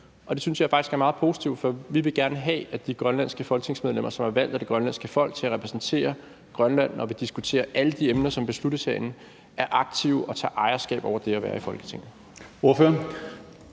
og det synes jeg faktisk er meget positivt. For vi vil gerne have, at de grønlandske folketingsmedlemmer, som er valgt af det grønlandske folk til at repræsentere Grønland, når vi diskuterer alle de emner, som besluttes herinde, er aktive og tager ejerskab over det at være i Folketinget.